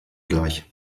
gleich